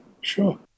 sure